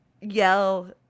yell